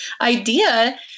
idea